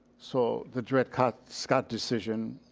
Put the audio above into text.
so, the dred scott scott decision,